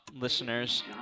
Listeners